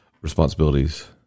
responsibilities